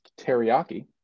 teriyaki